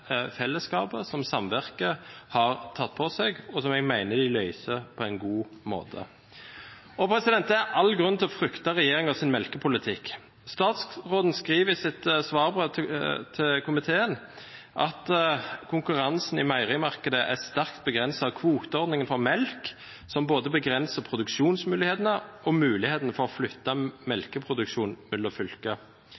fellesskapet og samvirket har tatt på seg, som jeg mener de takler på en god måte. Det er all grunn til å frykte regjeringens melkepolitikk. Statsråden skriver i sitt svarbrev til komiteen at konkurransen i meierimarkedet er «sterkt begrenset av kvoteordningen for melk, som både begrenser produksjonsmulighetene og mulighetene for å flytte melkeproduksjonen mellom fylker».